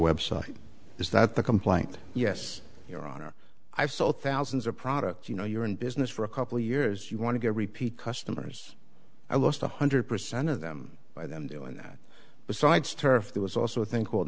website is that the complaint yes your honor i've sold thousands of products you know you're in business for a couple of years you want to repeat customers i lost one hundred percent of them by then doing that besides tariff that was also thin